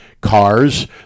cars